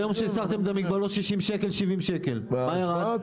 היום שהסרתם את המגבלות זה שישים-שבעים שקלים --- רגע,